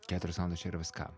keturios valandos čia yra viskam